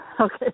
Okay